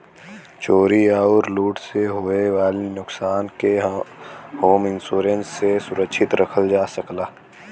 चोरी आउर लूट से होये वाले नुकसान के होम इंश्योरेंस से सुरक्षित रखल जा सकला